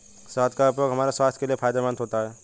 शहद का उपयोग हमारे स्वास्थ्य के लिए फायदेमंद होता है